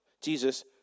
Jesus